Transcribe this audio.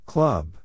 Club